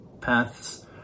paths